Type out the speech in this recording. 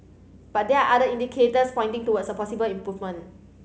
but they are other indicators pointing towards a possible improvement